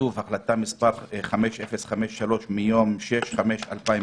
כתוב "החלטה מס' 5053 מיום 6 במאי 2020",